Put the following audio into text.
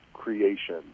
creation